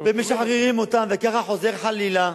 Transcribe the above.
ומשחררים אותם, וככה חוזר חלילה,